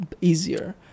easier